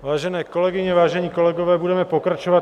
Vážené kolegyně, vážení kolegové, budeme pokračovat.